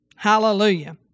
Hallelujah